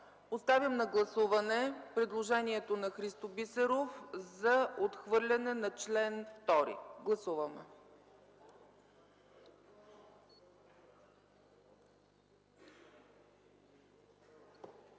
Поставям на гласуване предложението на Христо Бисеров за отхвърляне на чл. 2. Гласували